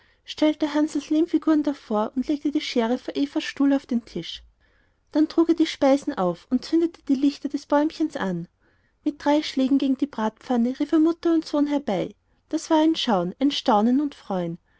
stellte hansls lehmfiguren davor und legte die schere vor evas stuhl auf den tisch dann trug er die speisen auf und zündete die lichter des bäumchens an mit drei schlägen gegen die bratpfanne rief er mutter und sohn herbei das war ein schauen ein staunen und